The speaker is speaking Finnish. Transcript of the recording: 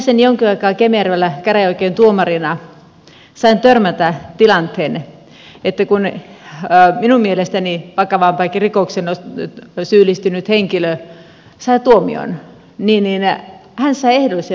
toimiessani jonkin aikaa kemijärvellä käräjäoikeuden tuomarina sain törmätä tilanteeseen että kun minun mielestäni vakavampaankin rikokseen syyllistynyt henkilö sai tuomion hän sai ehdollisen vankeusrangaistuksen